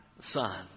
son